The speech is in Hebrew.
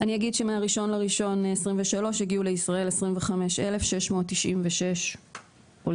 אני אגיד שמה-1.1.23 הגיעו לישראל 25,696 עולים